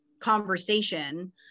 conversation